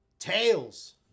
Tails